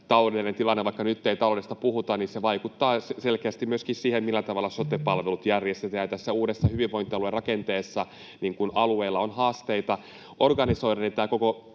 Taloudellinen tilanne, vaikka nyt ei taloudesta puhuta, vaikuttaa selkeästi myöskin siihen, millä tavalla sote-palvelut järjestetään. Tässä uudessa hyvinvointialuerakenteessa alueilla on haasteita organisoida niitä, ja